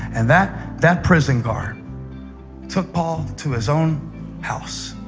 and that that prison guard took paul to his own house.